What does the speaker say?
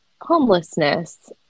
homelessness